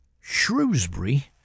shrewsbury